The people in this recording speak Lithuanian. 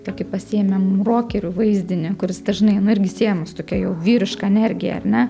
tokį pasiėmėm rokerių vaizdinį kuris dažnai nu irgi siejamas su tokia jau vyriška energija ar ne